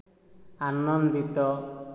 ଆନନ୍ଦିତ